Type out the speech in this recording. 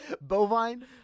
Bovine